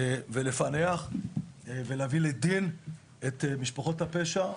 כדי לפענח וכדי להביא לדין, את משפחות הפשע.